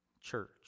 church